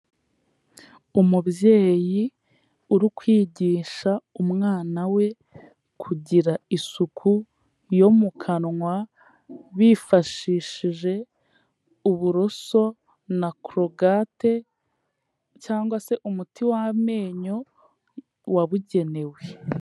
Umubyeyi uri kwigisha umwana we kugira isuku yo mu kanwa bifashishije uburoso na korogate cyangwa se umuti w'amenyo wabugenewe.